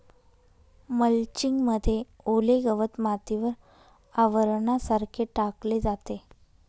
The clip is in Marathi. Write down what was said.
मल्चिंग मध्ये ओले गवत मातीवर आवरणासारखे टाकले जाते